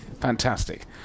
Fantastic